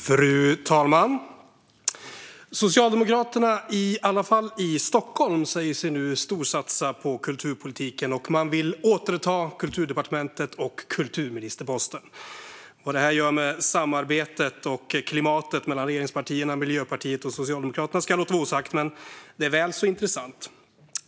Fru talman! Socialdemokraterna, i alla fall i Stockholm, säger sig nu storsatsa på kulturpolitiken. Man vill återta Kulturdepartementet och kulturministerposten. Vad det här gör med samarbetet och klimatet mellan regeringspartierna Miljöpartiet och Socialdemokraterna ska jag låta vara osagt, men det är väl så intressant.